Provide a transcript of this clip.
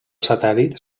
satèl·lit